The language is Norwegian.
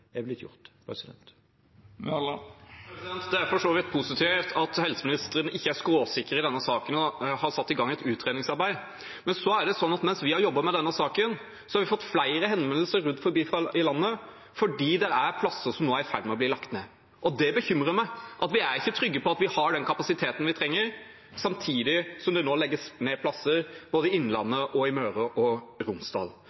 er blitt gjort. Det er for så vidt positivt at helseministeren ikke er skråsikker i denne saken, men har satt i gang et utredningsarbeid. Men mens vi har jobbet med denne saken, har vi fått flere henvendelser fra folk rundt om i landet fordi det er plasser som nå er i ferd med å bli lagt ned. Det bekymrer meg at vi ikke er trygge på at vi har den kapasiteten vi trenger, samtidig som det nå legges ned plasser både